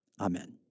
amen